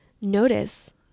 Notice